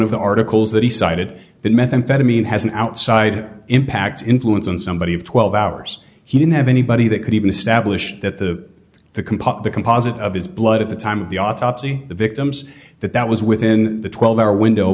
of the articles that he cited that methamphetamine has an outside impact influence on somebody of twelve hours he didn't have anybody that could even establish that the the composite the composite of his blood at the time of the autopsy the victims that that was within the twelve hour window